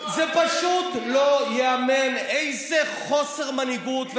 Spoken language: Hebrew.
זה פשוט לא ייאמן איזה חוסר מנהיגות.